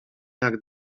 jak